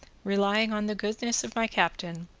relying on the goodness of my captain,